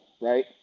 right